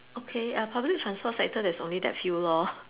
okay uh public transport sector there's only that few lor